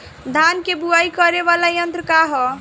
धान के बुवाई करे वाला यत्र का ह?